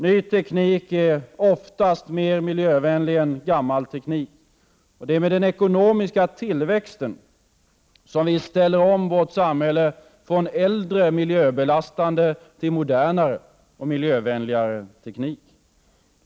Ny teknik är ofta mer miljövänlig än gammmal teknik. Och det är med den ekonomiska tillväxten som vi ställer om vårt samhälle från äldre miljöbelastande till modernare och miljövänligare teknik.